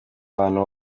bantu